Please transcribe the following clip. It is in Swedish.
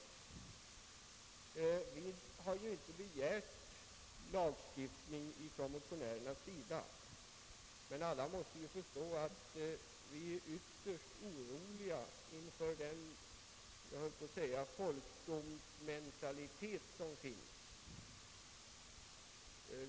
Motionärerna har inte begärt någon lagstiftning, men alla måste ju förstå att vi är ytterst oroliga inför den »folkdomsmentalitet» som finns.